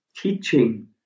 teaching